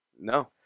No